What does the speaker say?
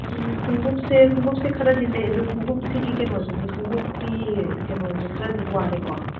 ꯎꯝ ꯈꯣꯡꯒꯨꯞꯁꯦ ꯈꯣꯡꯒꯨꯞꯁꯦ ꯈꯔꯗꯤ ꯂꯩ ꯑꯗꯨ ꯈꯣꯡꯒꯨꯞꯁꯤꯒꯤ ꯀꯩꯅꯣꯁꯤꯗꯤ ꯈꯣꯡꯒꯨꯞꯀꯤ ꯀꯩꯅꯣꯁꯦ ꯈꯔꯗꯤ ꯋꯥꯠꯂꯦꯀꯣ